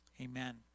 amen